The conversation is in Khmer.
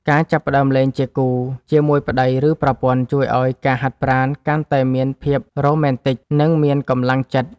ការចាប់ផ្ដើមលេងជាគូជាមួយប្ដី ឬប្រពន្ធជួយឱ្យការហាត់ប្រាណកាន់តែមានភាពរ៉ូមែនទិក និងមានកម្លាំងចិត្ត។